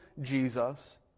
Jesus